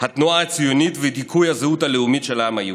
התנועה הציונית ובדיכוי הזהות הלאומית של העם היהודי.